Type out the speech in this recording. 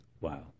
Wow